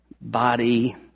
body